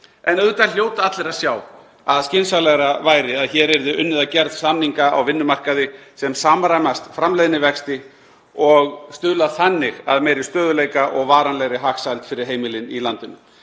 En auðvitað hljóta allir að sjá að skynsamlegra væri að hér yrði unnið að gerð samninga á vinnumarkaði sem samræmast framleiðnivexti og stuðla þannig að meiri stöðugleika og varanlegri hagsæld fyrir heimilin í landinu.